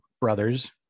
brothers